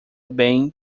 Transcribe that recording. bem